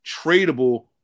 tradable